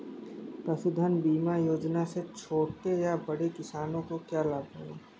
पशुधन बीमा योजना से छोटे या बड़े किसानों को क्या लाभ होगा?